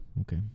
Okay